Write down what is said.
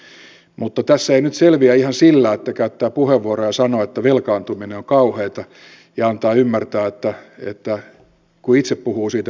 mutta tässä ei nyt selviä ihan sillä että käyttää puheenvuoron ja sanoo että velkaantuminen on kauheata ja antaa ymmärtää että kun itse puhuu siitä niin muut eivät siitä välitä